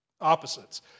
opposites